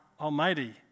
Almighty